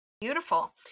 Beautiful